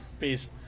Peace